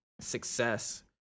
success